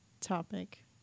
topic